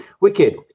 Wicked